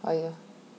mm